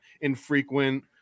infrequent